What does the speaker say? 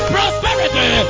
Prosperity